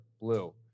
blue